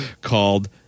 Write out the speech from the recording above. called